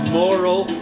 moral